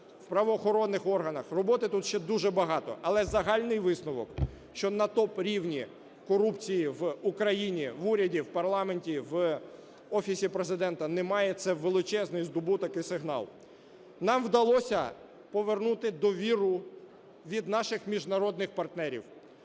у правоохоронних органах. Роботи тут ще дуже багато, але загальний висновок, що на топ-рівні корупції в Україні в уряді, в парламенті, в Офісі Президента немає. Це величезний здобуток і сигнал. Нам вдалося повернути довіру від наших міжнародних партнерів.